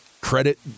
credit